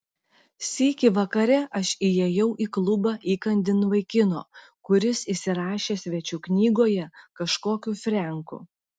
sykį vakare aš įėjau į klubą įkandin vaikino kuris įsirašė svečių knygoje kažkokiu frenku